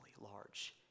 large